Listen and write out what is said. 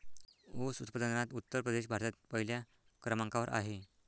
ऊस उत्पादनात उत्तर प्रदेश भारतात पहिल्या क्रमांकावर आहे